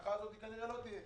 שההנחה הזאת לא תהיה.